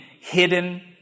hidden